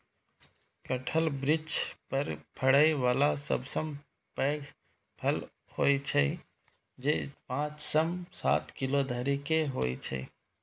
कटहल वृक्ष पर फड़ै बला सबसं पैघ फल होइ छै, जे पांच सं सात किलो धरि के होइ छै